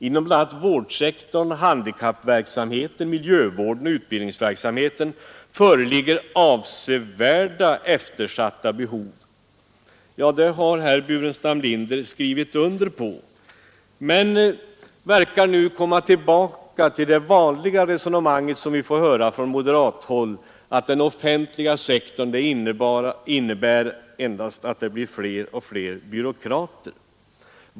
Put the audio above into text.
Inom bl.a. vårdsektorn, handikappverksamheten, miljövården och utbild ningsverksamheten föreligger avsevärda eftersatta behov.” Detta har herr Burenstam Linder skrivit under, men han verkar nu gå tillbaka till det vanliga resonemang vi får höra från moderat håll, att en ökning av den offentliga sektorn bara innebär fler och fler byråkrater.